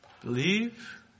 believe